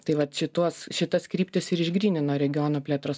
tai vat šituos šitas kryptis ir išgrynino regiono plėtros